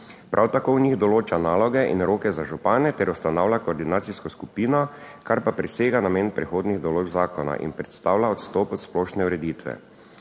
Prav tako v njih določa naloge in roke za župane ter ustanavlja koordinacijsko skupino, kar pa presega namen prehodnih določb zakona in predstavlja odstop od splošne ureditve.